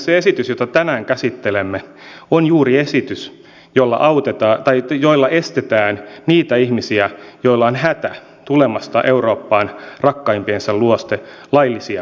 se esitys jota tänään käsittelemme on juuri esitys jolla estetään niitä ihmisiä joilla on hätä tulemasta eurooppaan rakkaimpiensa luokse laillisia reittejä pitkin